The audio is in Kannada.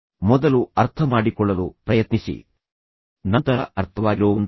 ಮೊದಲು ಅರ್ಥಮಾಡಿಕೊಳ್ಳಲು ಪ್ರಯತ್ನಿಸಿ ನಂತರ ಅರ್ಥವಾಗಿರೋವಂಥವರು